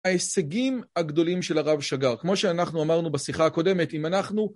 ההישגים הגדולים של הרב שגר, כמו שאנחנו אמרנו בשיחה הקודמת, אם אנחנו...